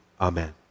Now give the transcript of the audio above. Amen